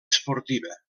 esportiva